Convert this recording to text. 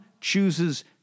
chooses